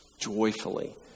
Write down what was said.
joyfully